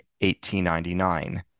1899